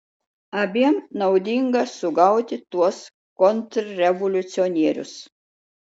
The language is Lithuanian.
abiem naudinga sugauti tuos kontrrevoliucionierius